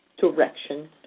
direction